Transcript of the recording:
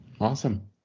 awesome